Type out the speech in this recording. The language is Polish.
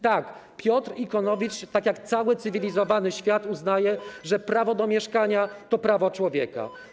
Tak, Piotr Ikonowicz, tak jak cały cywilizowany świat, uznaje, że prawo do mieszkania to prawo człowieka.